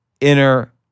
inner